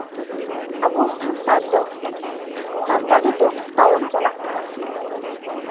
ᱟᱵᱚ ᱥᱟᱱᱛᱟᱲ ᱫᱚ ᱥᱟᱱᱛᱟᱲᱤ ᱫᱚ ᱛᱟᱭᱚᱢ ᱪᱟᱞᱟᱜ ᱠᱟᱱᱟ